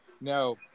no